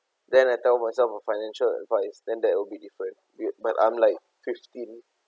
then I tell myself for financial advice then that will be different but I'm like fifteen